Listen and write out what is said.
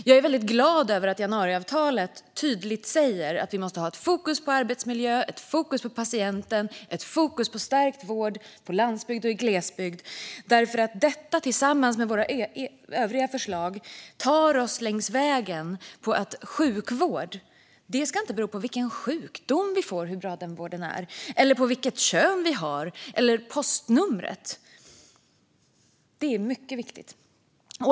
Jag är glad över att januariavtalet tydligt säger att vi måste ha fokus på arbetsmiljö, på patienten och på stärkt vård på landsbygden och i glesbygden. Detta tillsammans med våra övriga förslag tar oss längs vägen mot att bra sjukvård inte ska bero på vilken sjukdom, vilket kön eller vilket postnummer man har. Detta är mycket viktigt.